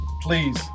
please